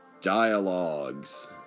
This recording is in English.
dialogues